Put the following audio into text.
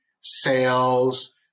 sales